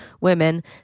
women